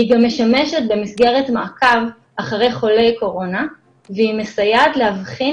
היא גם משמשת במסגרת מעקב אחרי חולי קורונה והיא מסייעת להבחין